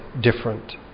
different